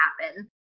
happen